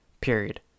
Period